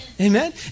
amen